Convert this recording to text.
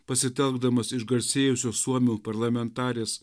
pasitelkdamas išgarsėjusios suomių parlamentarės